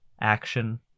action